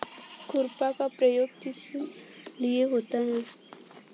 खुरपा का प्रयोग किस लिए होता है?